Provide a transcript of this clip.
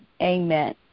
Amen